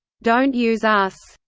don't use us.